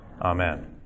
Amen